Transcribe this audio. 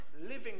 living